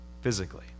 physically